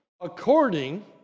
according